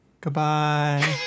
Goodbye